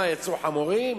אז מה, יצאו חמורים?